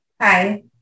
hi